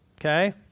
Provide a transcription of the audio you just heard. Okay